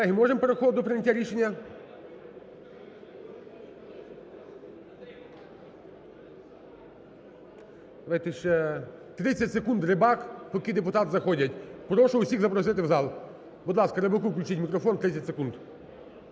Колеги, можемо переходити до прийняття рішення? Давайте ще 30 секунд Рибак, поки депутати заходять. Прошу усіх запросити у зал. Будь ласка, Рибаку включіть мікрофон, 30 секунд.